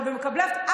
אבל אני אומרת לך,